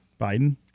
Biden